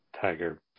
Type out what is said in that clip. Tiger